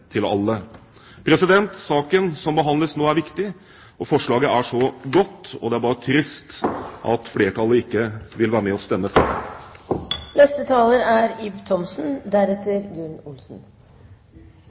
til alle. Saken som behandles nå, er viktig, og forslaget er godt. Det er bare trist at flertallet ikke vil være med på å stemme for det. Denne saken er